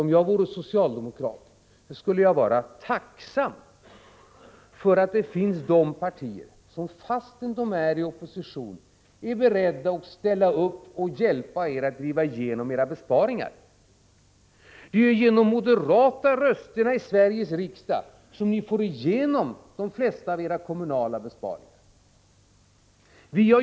Om jag vore socialdemokrat skulle jag vara tacksam för att det finns partier som, trots att de är i opposition, är beredda att ställa upp och hjälpa er att driva igenom era besparingsförslag. Det är ju genom de moderata rösterna i Sveriges riksdag som ni får igenom de flesta av era kommunala besparingsförslag.